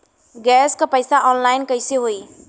Gas क पैसा online कइसे होई?